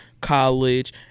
college